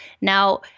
Now